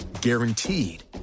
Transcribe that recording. guaranteed